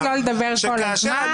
צריך לתת לו לדבר כל הזמן,